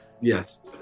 Yes